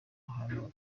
hano